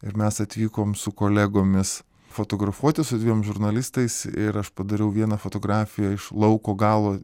ir mes atvykom su kolegomis fotografuoti su dviem žurnalistais ir aš padariau vieną fotografiją iš lauko galo